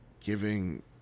giving